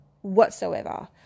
Whatsoever